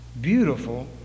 beautiful